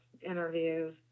interviews